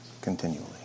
continually